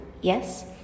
yes